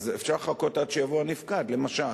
אז אפשר לחכות עד שיבוא הנפקד, למשל.